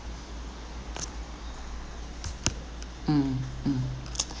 mm mm